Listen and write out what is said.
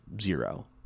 zero